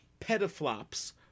petaflops